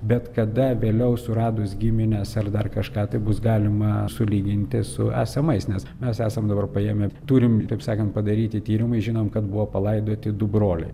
bet kada vėliau suradus gimines ar dar kažką tai bus galima sulyginti su esamais nes mes esam dabar paėmę turim taip sakant padaryti tyrimai žinom kad buvo palaidoti du broliai